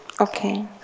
Okay